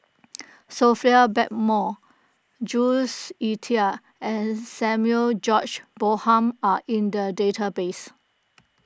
Sophia Blackmore Jules Itier and Samuel George Bonham are in the database